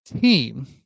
team